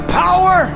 power